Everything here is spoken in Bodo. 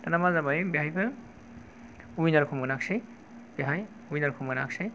दाना मा जाबाय बेवहायबो विनार खौ मोनाखैसै